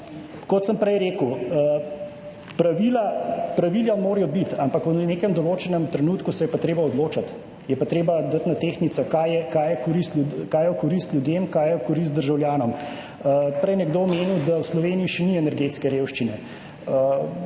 Kot sem prej rekel, pravila morajo biti, ampak v nekem določenem trenutku se je pa treba odločiti, je pa treba dati na tehtnico, kaj je v korist ljudem, kaj je v korist državljanom. Prej je nekdo omenil, da v Sloveniji še ni energetske revščine.